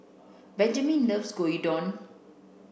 Benjaman loves Gyudon